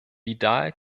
vidal